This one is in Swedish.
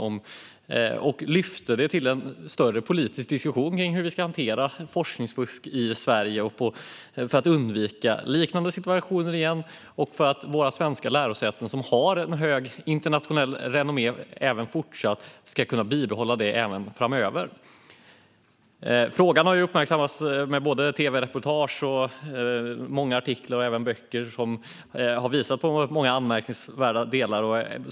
Frågan lyftes upp till en större politisk diskussion om hur vi ska hantera forskningsfusk i Sverige för att undvika liknande situationer igen och för att våra svenska lärosäten, som har ett högt internationellt renommé, ska behålla detta även i fortsättningen. Frågan har uppmärksammats i tv-reportage, många artiklar och böcker, som har visat på många anmärkningsvärda delar.